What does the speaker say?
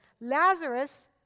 Lazarus